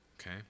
okay